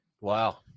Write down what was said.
Wow